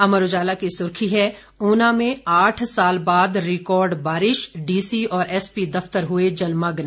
अमर उजाला की सुर्खी है ऊना में आठ साल बाद रिकॉर्ड बारिश डीसी और एसपी दफ्तर हुए जलमग्न